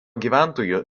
gyventojų